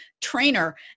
trainer